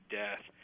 death